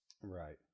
right